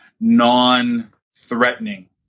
non-threatening